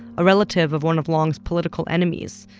a relative of one of long's political enemies,